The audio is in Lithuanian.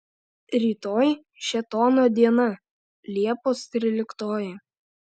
rytoj šėtono diena liepos tryliktoji